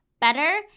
better